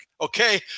Okay